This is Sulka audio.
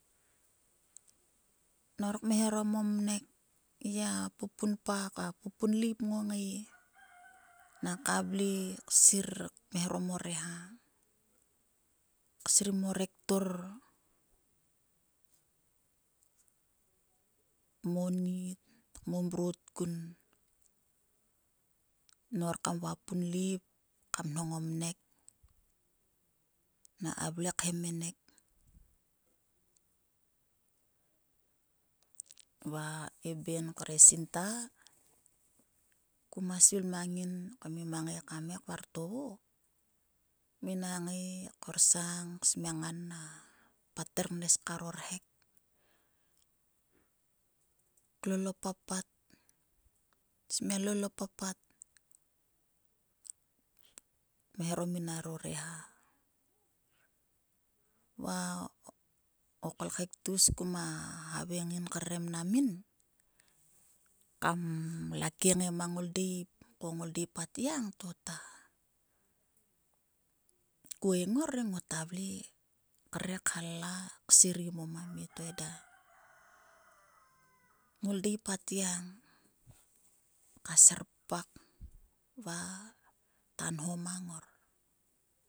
Nor kmeharom o vnek he gia pupunpa pupunleip ngongia naka vle ksir kmeharom o reha, ksirm o rektor kmonit. kmomrot kun. Nor kam vua punlep kam nhong o vnek. naka vle. khemerek va e ben kre sinta kuma svill mang ngain kamngai ksim korsang kngan a patternes karo rhek. klol o papat smia lol o papat kme harom minaro reha. Va o kolkhek tgus kuma havaing ngin krere mnam min kam la kiengai mang ngol deip ko ngoldeip a tgiang tkuena ngor he ngota vle kre. khalla. mote mnam a mie to eda. Ngoldeipa atgaiang ka serpak va ta nho mang ngor.